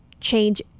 change